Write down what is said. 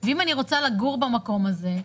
אם אני רוצה לגור במקום הזה,